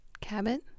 Cabot